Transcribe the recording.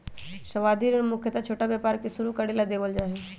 सावधि ऋण मुख्यत छोटा व्यापार के शुरू करे ला देवल जा हई